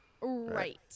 Right